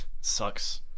Sucks